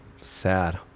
Sad